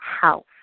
house